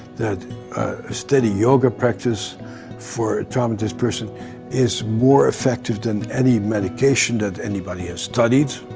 that a steady yoga practice for a traumatized person is more effective than any medication that anybody has studied.